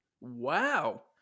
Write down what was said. wow